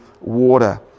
water